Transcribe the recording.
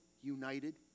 united